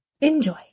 Enjoy